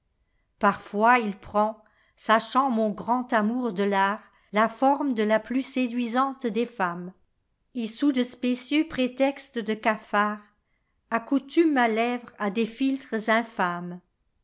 parfois il prend sachant mon grand amour de part la forme de la plus séduisante des femmes et sous de spécieux prétextes de cafard accoutume ma lèvre à des philtres